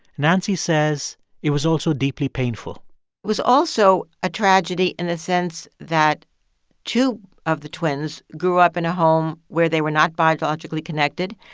nancy says it was also deeply painful it was also a tragedy in the sense that two of the twins grew up in a home where they were not biologically connected,